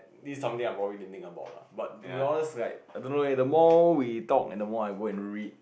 this is something I probably need to think about but to be honest like I don't know leh the more we talk and the more I go and read